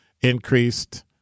increased